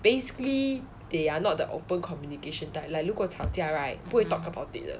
basically they are not the open communication type like 如果吵架 right 不会 talk about it